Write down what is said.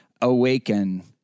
awaken